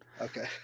okay